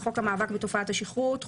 חוק המאבק בתופעת השכרות,